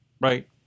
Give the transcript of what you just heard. Right